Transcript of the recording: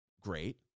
great